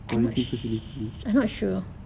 quarantine facility